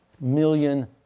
million